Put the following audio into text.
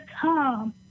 come